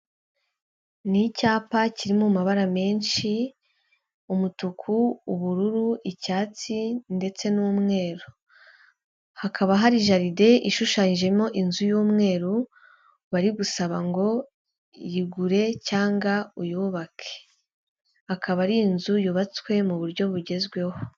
Ni icyapa kiririmo mabara menshi umutuku ubururu icyatsi ndetse n'umweru, hakaba hari jaride ishushanyijemo inzu y'umweru bari gusaba ngo iyigure cyangwa uyubake, akaba ari inzu yubatswe mu buryo bugezweho.